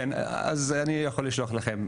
אז אני יכול לשלוח לכן.